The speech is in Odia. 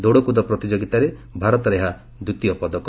ଦୌଡ଼କୁଦ ପ୍ରତିଯୋଗିତାରେ ଭାରତର ଏହା ଦ୍ୱିତୀୟ ପଦକ